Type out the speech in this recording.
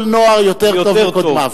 כל נוער יותר טוב מקודמיו.